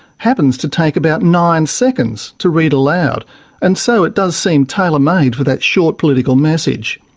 happens to take about nine seconds to read aloud and so it does seem tailor-made for that short political message.